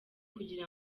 kugira